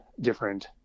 different